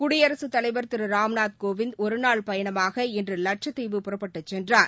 குடியரசுத் தலைவர் திரு ராம்நாத் கோவிந்த் ஒருநாள் பயணமாக இன்று லட்சத்தீவு புறப்பட்டுச் சென்றார்